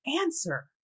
answer